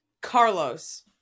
Carlos